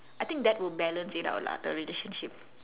I think that will balance it out lah the relationship